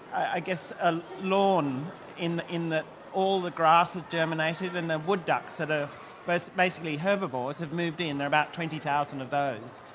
i guess a lawn in in that all the grass has germinated and the wood ducks, that are but basically herbivores have moved in. there are about twenty thousand of those.